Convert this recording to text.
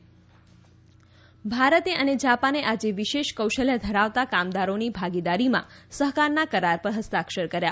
India Japan Bharat અને જાપાને આજે વિશેષ કૌશલ્ય ધરાવતા કામદારોની ભાગીદારીમાં સહકારના કરાર પર હસ્તાક્ષર કર્યા